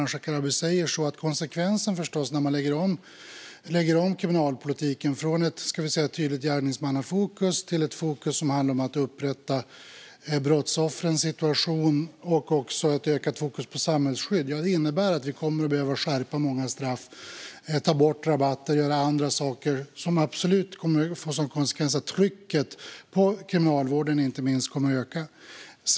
När vi lägger om kriminalpolitiken från ett tydligt gärningsmannafokus till ett fokus som handlar om att upprätta brottsoffrens situation samt ett ökat fokus på samhällsskydd innebär det, som också Ardalan Shekarabi säger, att vi kommer att behöva skärpa många straff, ta bort rabatter och göra andra saker som absolut kommer att få som konsekvens att trycket på inte minst Kriminalvården kommer att öka.